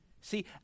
See